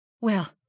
Well